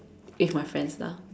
eat with my friends lah